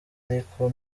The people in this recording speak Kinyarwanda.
ariko